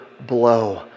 blow